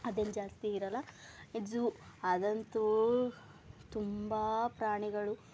ಅದೇನು ಜಾಸ್ತಿ ಇರೋಲ್ಲ ಇದು ಝೂ ಅದಂತೂ ತುಂಬ ಪ್ರಾಣಿಗಳು